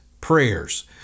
prayers